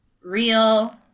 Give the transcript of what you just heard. real